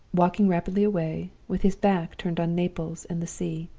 walking rapidly away, with his back turned on naples and the sea.